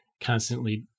constantly